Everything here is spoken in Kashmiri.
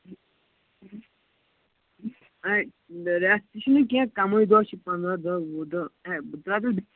اے رٮ۪تھ تہِ چھُنہٕ کیٚنٛہہ کَمےٕ دۄہ چھِ پَنٛدَہ دۄہ وُہ دۄہ اے بہٕ ترٛاو تیٚلہِ